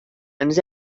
ens